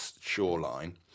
shoreline